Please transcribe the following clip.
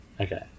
Okay